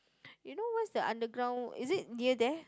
you know where's the underground is it near there